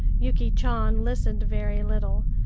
yuki chan listened very little,